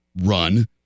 run